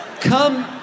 Come-